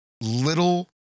little